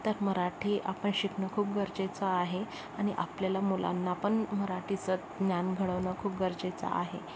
तर मराठी आपण शिकणं खूप गरजेचं आहे आणि आपल्याला मुलांना पण मराठीचं ज्ञान घडवणं खूप गरजेचं आहे